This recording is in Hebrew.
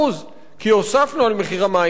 כי הוספנו על מחיר המים את המע"מ.